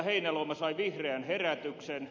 heinäluoma sai vihreän herätyksen